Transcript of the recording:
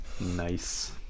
Nice